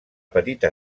petita